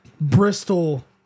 Bristol